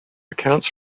accounts